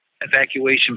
evacuation